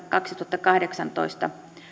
kaksituhattakahdeksantoista